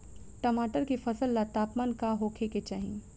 टमाटर के फसल ला तापमान का होखे के चाही?